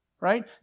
right